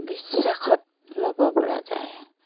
বিশ্বাসত ল'বপৰা যায়